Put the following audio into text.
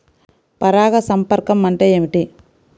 పరాగ సంపర్కం అంటే ఏమిటి?